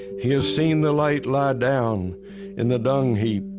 he has seen the light lie down in the dung heap,